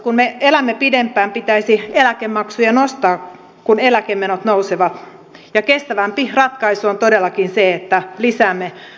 kun me elämme pidempään pitäisi eläkemaksuja nostaa kun eläkemenot nousevat ja kestävämpi ratkaisu on todellakin se että lisäämme työntekoa